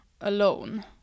alone